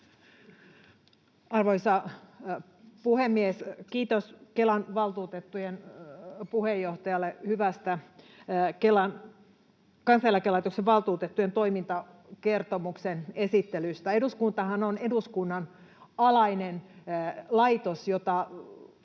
Arvoisa puhemies! Kiitos Kelan valtuutettujen puheenjohtajalle hyvästä Kansaneläkelaitoksen valtuutettujen toimintakertomuksen esittelystä. Kelahan on eduskunnan alainen laitos, jota valvovat